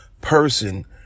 person